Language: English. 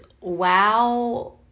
wow